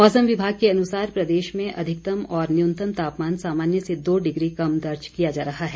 मौसम विभाग के अनुसार प्रदेश में अधिकतम और न्यूनतम तापमान सामान्य से दो डिग्री कम दर्ज किया जा रहा है